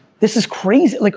this is crazy, like